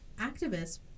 activists